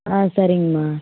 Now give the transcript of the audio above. ஆ சரிங்கமா